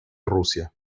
rusia